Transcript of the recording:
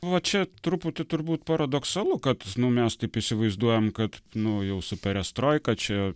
va čia truputį turbūt paradoksalu kad nu mes taip įsivaizduojam kad nu jau su perestroika čia